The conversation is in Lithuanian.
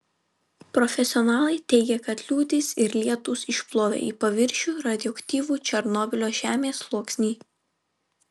profesionalai teigia kad liūtys ir lietūs išplovė į paviršių radioaktyvų černobylio žemės sluoksnį